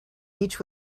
each